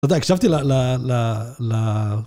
אתה יודע הקשבתי ל...